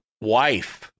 wife